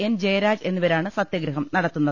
N Jayaraj എന്നിവരാണ് സത്യ ഗ്രഹം നടത്തുന്നത്